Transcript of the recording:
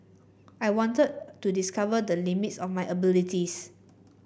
I wanted to discover the limits of my abilities